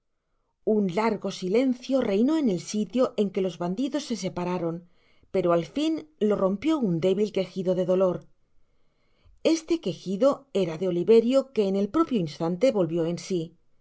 un largo silencio reinó en el sitio en que los bandidos se separaron pero al fin lo rompió un débil quejido de dolor este quejido era de oliverio que en el propio instante volvió en si